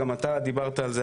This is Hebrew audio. גם אתה דיברת על זה,